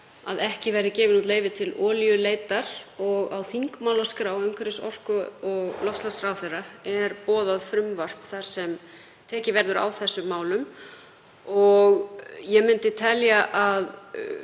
að ekki verði gefin út leyfi til olíuleitar og á þingmálaskrá umhverfis-, orku- og loftslagsráðherra er boðað frumvarp þar sem tekið verður á þessum málum. Ég myndi telja að